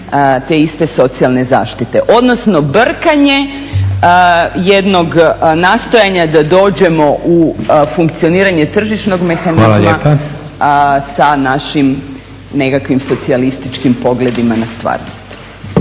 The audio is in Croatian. te iste socijalne zaštite. Odnosno brkanje jednog nastojanja da dođemo u funkcioniranje tržišnog mehanizma sa našim nekakvim socijalističkim pogledima na stvarnost.